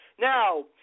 Now